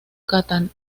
catalanes